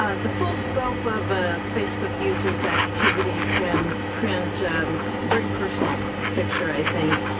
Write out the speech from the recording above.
ah the full scope of ah facebook users' activity can print a very personal picture, i think.